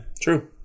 True